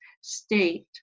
state